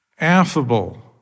affable